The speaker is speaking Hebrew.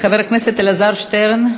חבר הכנסת אלעזר שטרן.